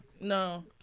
no